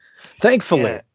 Thankfully